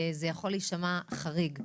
זה יכול להישמע חריג,